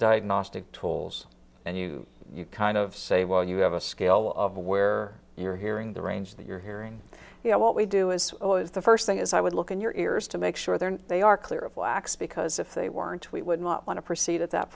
diagnostic tools and you kind of say well you have a scale of where you're hearing the range that you're hearing you know what we do is always the first thing is i would look in your ears to make sure that they are clear of wax because if they weren't we would not want to proceed at that